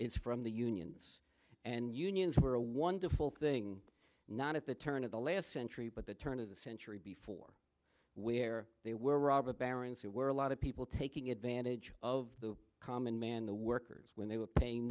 is from the unions and unions were a wonderful thing not at the turn of the last century but the turn of the century before where they were robber barons who were a lot of people taking advantage of the common man the workers when they were paying